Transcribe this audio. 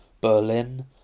Berlin